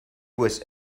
was